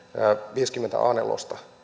viisikymmentä aanelosta